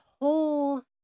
whole